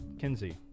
Kinsey